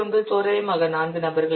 9 தோராயமாக 4 நபர்கள்